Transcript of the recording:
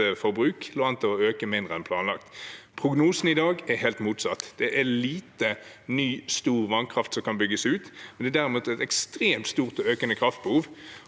kraftforbruk lå an til å øke mindre enn planlagt. Prognosene i dag er helt motsatt. Det er lite ny, stor vannkraft som kan bygges ut, og det er derimot et ekstremt stort og økende kraftbehov.